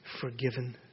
forgiven